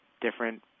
different